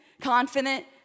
Confident